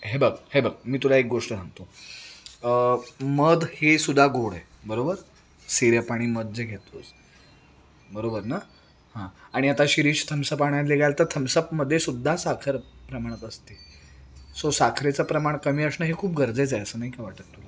हे बघ हे बघ मी तुला एक गोष्ट सांगतो मध हे सुद्धा गोड आहे बरोबर आणि मध जे घेतोच बरोबर ना हां आणि आता शिरीष थम्सअप आणायला गेला तर थम्सअपमध्येसुद्धा साखर प्रमाणात असते सो साखरेचं प्रमाण कमी असणं हे खूप गरजेचं आहे असं नाही का वाटत तुला